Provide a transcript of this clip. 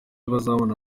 bazabona